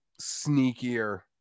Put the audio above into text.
sneakier